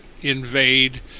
invade